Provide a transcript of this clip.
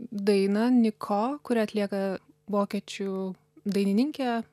dainą niko kurią atlieka vokiečių dainininkė